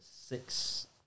six